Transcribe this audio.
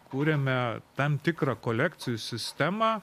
kuriame tam tikrą kolekcijų sistemą